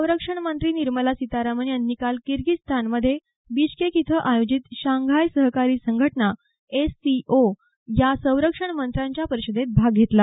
संरक्षण मंत्री निर्मला सीतारामन यांनी काल किर्गिस्तानमध्ये बिश्केक इथं आयोजित शांघाय सहकारी संघटना एससीओ या संरक्षण मंत्र्यांच्या परिषदेत भाग घेतला